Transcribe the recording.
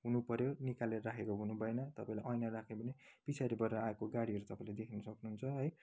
हुनुपर्यो निकालेर राखेको हुनुभएन तपाईँले ऐना राखेकाले पछाडिबाट आएको गाडीहरू तपाईँले देख्न सक्नुहुन्छ है